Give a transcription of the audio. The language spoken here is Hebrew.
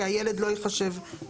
כי הילד לא ייחשב,